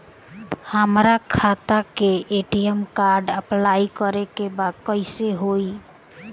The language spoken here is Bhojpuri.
हमार खाता के ए.टी.एम कार्ड अप्लाई करे के बा कैसे होई?